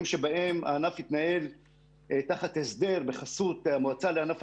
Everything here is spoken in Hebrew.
שבהן הענף התנהל תחת הסדר בחסות המועצה לענף